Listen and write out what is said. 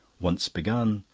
once begun,